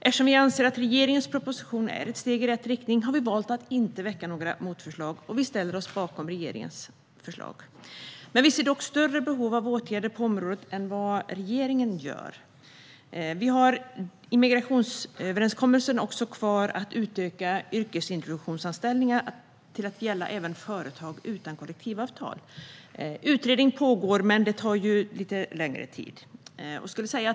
Eftersom vi anser att regeringens proposition är ett steg i rätt riktning har vi valt att inte väcka några motförslag, och vi ställer oss bakom regeringens förslag. Vi ser dock större behov av åtgärder på området än vad regeringen gör. Vi har i migrationsöverenskommelsen också kvar att utöka yrkesintroduktionsanställningarna till att gälla även företag utan kollektivavtal. Utredningen pågår, men det tar ju lite längre tid.